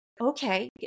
okay